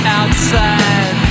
outside